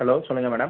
hello சொல்லுங்கள் madam